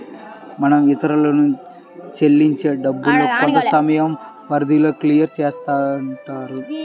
మనం ఇతరులకు చెల్లించే డబ్బుల్ని కొంతసమయం పరిధిలో క్లియర్ చేస్తుంటారు